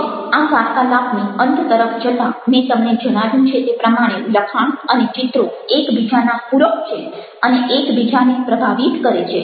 હવે આ વાર્તાલાપની અંત તરફ જતાં મેં તમને જણાવ્યું છે તે પ્રમાણે લખાણ અને ચિત્રો એકબીજાના પૂરક છે અને એકબીજાને પ્રભાવિત કરે છે